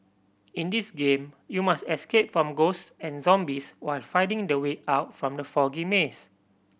in this game you must escape from ghosts and zombies while finding the way out from the foggy maze